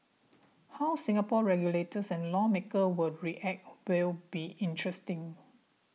how Singapore's regulators and lawmakers will react will be interesting